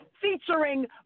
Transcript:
featuring